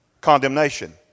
condemnation